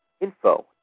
info